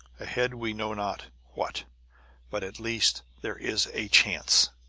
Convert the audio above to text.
ahead we know not what but at least there is a chance!